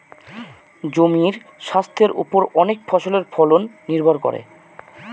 জমির স্বাস্থের ওপর অনেক ফসলের ফলন নির্ভর করে